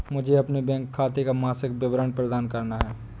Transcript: मुझे अपने बैंक खाते का मासिक विवरण प्राप्त करना है?